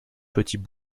petits